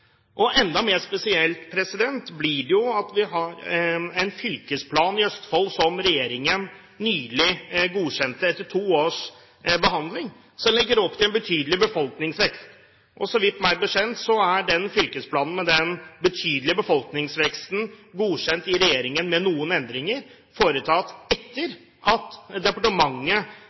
framtidsrettet. Enda mer spesielt blir det at vi har en fylkesplan i Østfold som regjeringen nylig godkjente etter to års behandling, og som legger opp til en betydelig befolkningsvekst. Meg bekjent er den fylkesplanen med den betydelige befolkningsveksten godkjent i regjeringen med noen endringer, foretatt etter at departementet